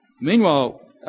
Meanwhile